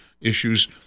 issues